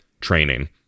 training